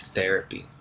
Therapy